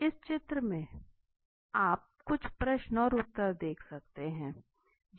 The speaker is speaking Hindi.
इस चित्र में आप कुछ प्रश्न और उत्तर देख सकते हैं